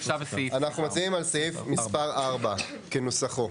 אנחנו מצביעים על סעיף מספר 4 כנוסחו.